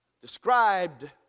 described